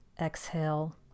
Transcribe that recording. exhale